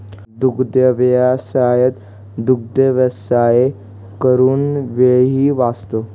दुग्धव्यवसायात दुग्धव्यवसाय करून वेळही वाचतो